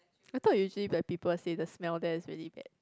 I thought usually the people say the smell there is really bad